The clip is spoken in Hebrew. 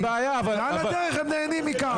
ועל הדרך הם נהנים מכך?